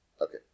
Okay